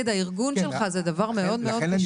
לצאת נגד הארגון שלך זה דבר מאוד מאוד קשה